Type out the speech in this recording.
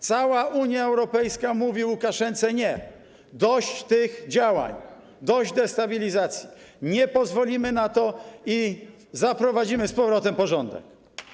Cała Unia Europejska mówi Łukaszence: nie, dość tych działań, dość destabilizacji, nie pozwolimy na to i zaprowadzimy z powrotem porządek.